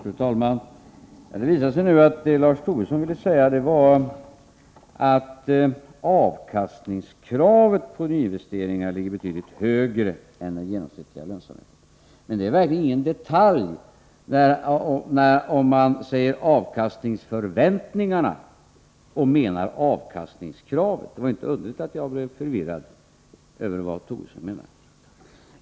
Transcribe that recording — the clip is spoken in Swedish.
Fru talman! Det visar sig nu att vad Lars Tobisson ville säga var att avkastningskravet på nyinvesteringar ligger betydligt högre än den genomsnittliga lönsamheten. Men det är verkligen ingen detalj, om man säger ”avkastningsförväntningarna” och menar ”avkastningskravet”. Det var inte underligt att jag blev förvirrad.